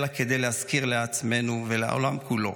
אלא כדי להזכיר לעצמנו ולעולם כולו